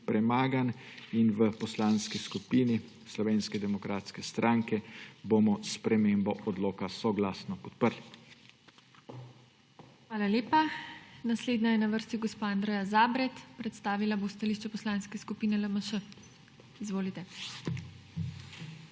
in v Poslanski skupini Slovenske demokratske stranke bomo spremembo odloka soglasno podprli. **PODPREDSEDNICA TINA HEFERLE:** Hvala lepa. Naslednja je na vrsti gospa Andreja Zabret. Predstavila bo stališče Poslanske skupine LMŠ. Izvolite.